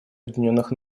объединенных